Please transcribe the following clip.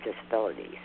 disabilities